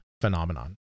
phenomenon